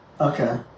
Okay